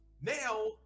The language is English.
now